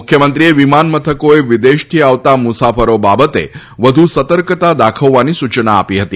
મુખ્યમંત્રીએ વિમાન મથકોએ વિદેશથી આવતા મુસાફરો બાબતે વધુ સતર્કતા દાખવવાની સૂચના આપી હતી